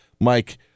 Mike